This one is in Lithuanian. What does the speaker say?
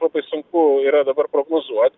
labai sunku yra dabar prognozuot